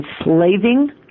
enslaving